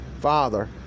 Father